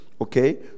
Okay